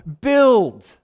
build